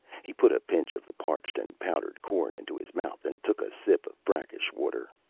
he put a pinch of the parched and powdered corn into his mouth and took a sip of brackish water.